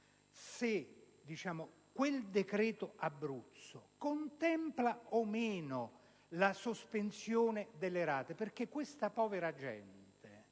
se quel decreto-legge per l'Abruzzo contempli o no la sospensione delle rate, perché questa povera gente